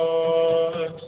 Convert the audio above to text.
Lord